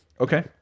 Okay